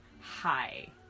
Hi